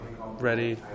ready